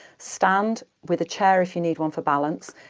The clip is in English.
stand with a chair, if you need one for balance,